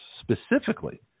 specifically